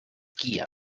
kíev